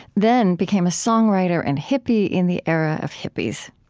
then became a songwriter and hippie in the era of hippies.